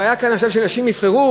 הבעיה כאן, אני חושב, שנשים יבחרו?